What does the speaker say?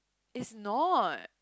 is not